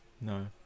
No